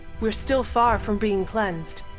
we're still far from being cleansed,